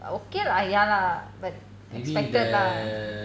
okay lah ya lah but expected lah